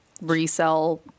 resell